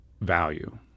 value